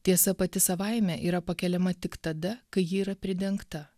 tiesa pati savaime yra pakeliama tik tada kai ji yra pridengta